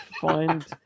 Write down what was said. find